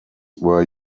were